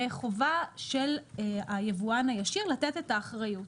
בחובה של היבואן הישיר לתת את האחריות.